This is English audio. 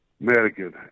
Madigan